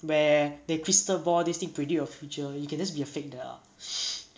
where the crystal ball this thing predict your future you can just be a fake there ah